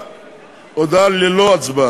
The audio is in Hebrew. הודעה ללא הצבעה.